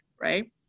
right